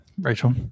Rachel